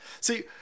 See